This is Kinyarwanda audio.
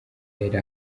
yari